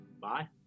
Bye